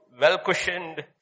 well-cushioned